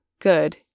good